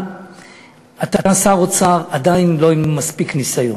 אבל אתה עדיין לא שר אוצר עם מספיק ניסיון,